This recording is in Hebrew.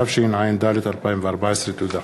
התשע"ד 2014. תודה.